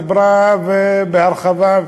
דיברה בהרחבה.